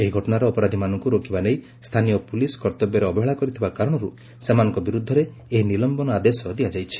ଏହି ଘଟଣାର ଅପରାଧୀମାନଙ୍କୁ ରୋକିବା ନେଇ ସ୍ଥାନୀୟ ପୁଲିସ କର୍ତ୍ତବ୍ୟରେ ଅବହେଳା କରିଥିବା କାରଣରୁ ସେମାନଙ୍କ ବିରୋଧରେ ଏହି ନିଲମ୍ବନ ଆଦେଶ ଦିଆଯାଇଛି